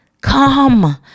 come